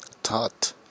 Taught